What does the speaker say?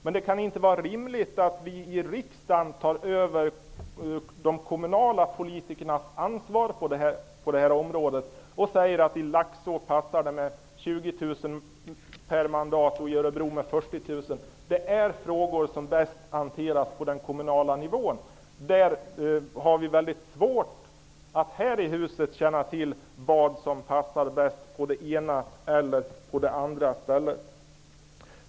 Men det kan inte vara rimligt att vi i riksdagen tar över de kommunala politikernas ansvar på det här området och säger att i Laxå passar det med 20 000 kr per mandat och i Örebro med 40 000 kr. Det är frågor som bäst hanteras på den kommunala nivån. Vi har väldigt svårt att här i huset känna till vad som passar bäst på det ena eller det andra stället.